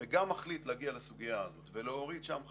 וגם מחליט להגיע לסוגיה הזאת ולהוריד שם 50%,